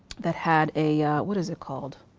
that had a what is it called?